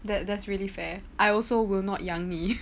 that that's really fair I also will not 养你